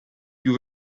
più